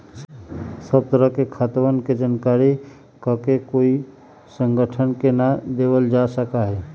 सब तरह के खातवन के जानकारी ककोई संगठन के ना देवल जा सका हई